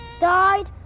died